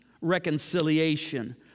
reconciliation